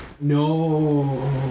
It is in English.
no